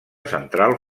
central